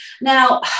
Now